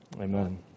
Amen